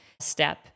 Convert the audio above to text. step